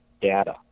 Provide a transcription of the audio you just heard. data